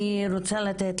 אני רוצה לתת